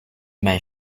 mijn